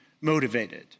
motivated